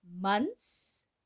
Months